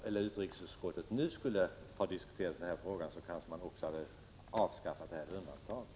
Om utrikesutskottet nu skulle diskutera frågan, skulle man kanske också avskaffa det här undantaget.